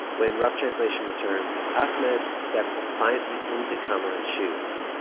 when rough translation returns, ahmed steps defiantly into kamaran's shoes,